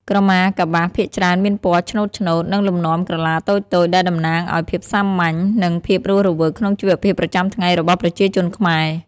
ក្រមាកប្បាសភាគច្រើនមានពណ៌ឆ្នូតៗ និងលំនាំក្រឡាតូចៗ ដែលតំណាងឱ្យភាពសាមញ្ញ និងភាពរស់រវើកក្នុងជីវភាពប្រចាំថ្ងៃរបស់ប្រជាជនខ្មែរ។